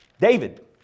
David